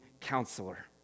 counselor